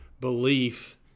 belief